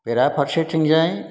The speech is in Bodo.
बेराफारसेथिंजाय